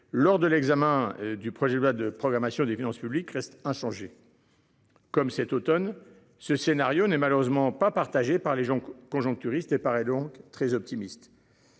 lors de l'examen du projet de loi de programmation des finances publiques reste inchangée. Comme cet Automne, ce scénario n'est malheureusement pas partagé par les gens conjoncturistes et paraît donc très optimiste.